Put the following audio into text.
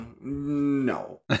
No